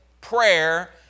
prayer